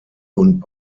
und